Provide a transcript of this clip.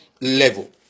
level